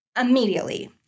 immediately